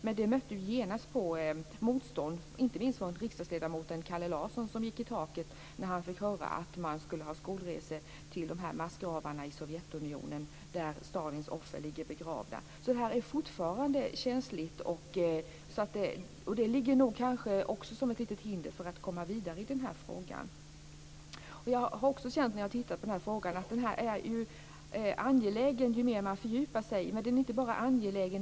Men det mötte genast motstånd, inte minst från riksdagsledamoten Kalle Larsson som gick i taket när han fick höra att man tänkte anordna skolresor till dessa massgravar i f.d. Sovjetunionen där Stalins offer ligger begravda. Detta är alltså fortfarande känsligt. Och det ligger nog också som ett litet hinder för att man ska komma vidare i denna fråga. När jag har studerat denna fråga har jag känt att den blir mer angelägen ju mer jag fördjupar mig i den. Men den är inte bara angelägen.